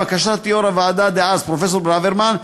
לבקשת יושב-ראש הוועדה דאז פרופסור ברוורמן,